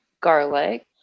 garlic